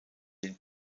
den